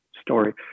story